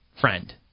friend